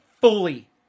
fully